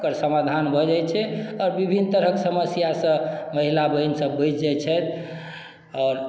ओकर समाधान भऽ जाइ छै आओर विभिन्न तरहक समस्या सँ महिला बहिन सब बचि जाइ छथि आओर